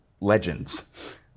legends